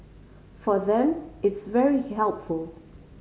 for them it's very helpful